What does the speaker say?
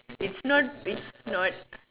it's not it's not